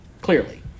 clearly